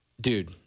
Dude